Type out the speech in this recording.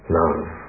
love